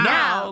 Now